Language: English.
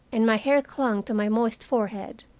and my hair clung to my moist forehead.